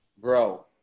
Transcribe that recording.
bro